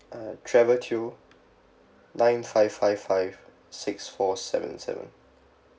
uh trevor teo nine five five five six four seven seven